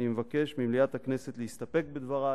ואני מבקש ממליאת הכנסת להסתפק בדברי